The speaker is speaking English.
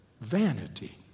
vanity